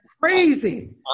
crazy